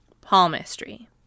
Palmistry